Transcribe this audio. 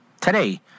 today